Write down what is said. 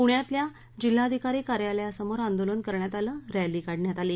पुण्यातल्या जिल्हाधिकारी कार्यालयासमोर आंदोलन करण्यात आलं रक्ती काढण्यात आली